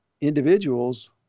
individuals